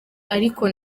ariko